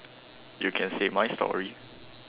you can say my story